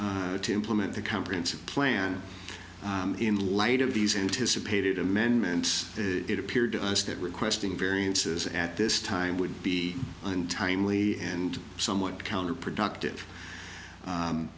updated to implement the comprehensive plan in light of these anticipated amendments it appeared to us that requesting variances at this time would be untimely and somewhat counterproductive